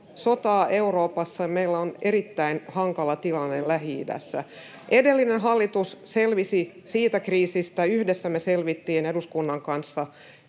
sota Euroopassa, ja meillä on erittäin hankala tilanne Lähi-idässä. Edellinen hallitus selvisi siitä kriisistä yhdessä, me selvittiin eduskunnan kanssa.